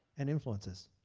and influences.